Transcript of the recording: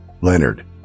Leonard